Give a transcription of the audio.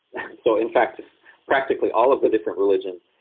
so in fact practically all of the different religions.